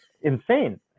insane